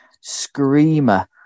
screamer